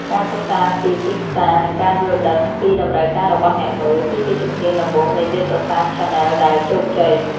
ការសិក្សាពីទីផ្សារ និងការយល់ដឹងពីតម្រូវការរបស់អ្នកមើល គឺជាជំហានដំបូងនៃយុទ្ធសាស្ត្រឆានែលដែលជោគជ័យ។